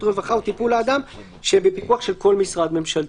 רווחה או טיפול לאדם שהם בפיקוח של כל משרד ממשלתי.